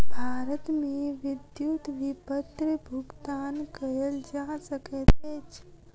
भारत मे विद्युत विपत्र भुगतान कयल जा सकैत अछि